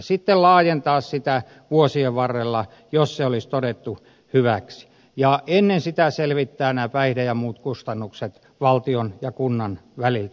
sitten laajennetaan sitä vuosien varrella jos se olisi todettu hyväksi mutta ennen sitä selvitetään nämä päihde ja muut kustannukset valtion ja kunnan väliltä